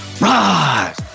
rise